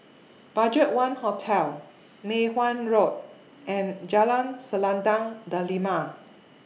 BudgetOne Hotel Mei Hwan Road and Jalan Selendang Delima